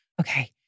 okay